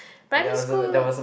primary school